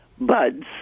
buds